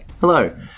Hello